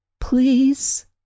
Please